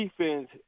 defense